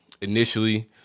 Initially